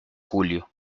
julio